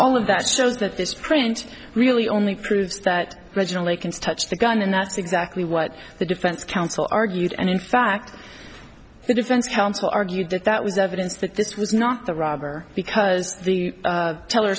all of that shows that this print really only proves that originally constructed the gun and that's exactly what the defense counsel argued and in fact the defense counsel argued that that was evidence that this was not the robber because the tell